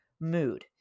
Mood